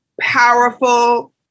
powerful